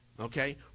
Okay